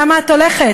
למה את הולכת?